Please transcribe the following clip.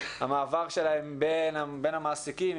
המעבר שלהם בין המעסיקים,